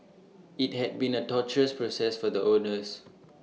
IT had been A torturous process for the owners